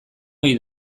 ohi